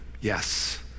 yes